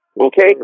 Okay